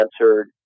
answered